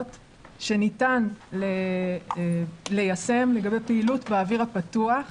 שניתן ליישם לגבי פעילות באוויר הפתוח,